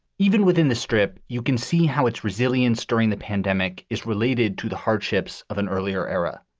even within the strip, you can see how its resilience during the pandemic is related to the hardships of an earlier era,